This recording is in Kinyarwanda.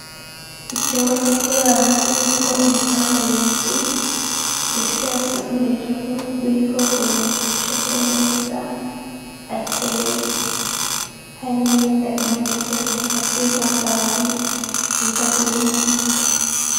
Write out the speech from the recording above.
Icyumba cyo kuraramo kirimo ibitanda bibiri bifite hasi no hejuru, biriho uburiri bushashe neza hakeye, hari n'imyenda imanitse, hagati y'ibitanda hari ibikapu birimo imyenda.